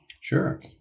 Sure